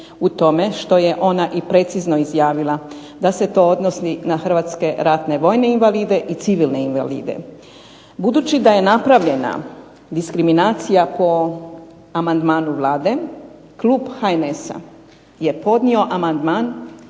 u tome što je ona i precizno izjavila da se to odnosi na Hrvatske ratne vojne invalide i civilne invalide. Budući da je napravljena diskriminacija po amandmanu Vlade, klub HNS-a je podnio amandman